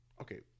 okay